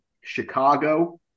Chicago